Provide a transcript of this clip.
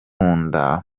nda